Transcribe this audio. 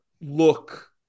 look